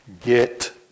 get